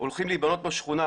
הולכים להבנות בשכונה,